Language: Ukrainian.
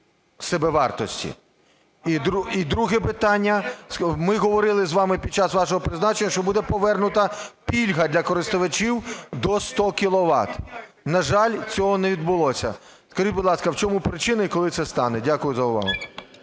собівартості. І друге питання. Ми говорили з вами під час вашого призначення, що буде повернута пільга для користувачів до 100 кіловат. На жаль, цього не відбулося. Скажіть, будь ласка, в чому причини і коли це стане? Дякую за увагу.